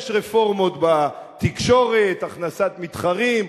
יש רפורמות בתקשורת: הכנסת מתחרים,